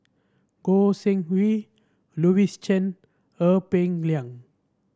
Goi Seng Hui Louis Chen Ee Peng Liang